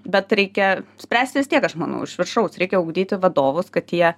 bet reikia spręst vis tiek aš manau iš viršaus reikia ugdyti vadovus kad jie